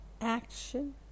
action